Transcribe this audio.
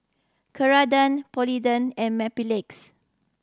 Ceradan Polident and Mepilex